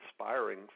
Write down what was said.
inspiring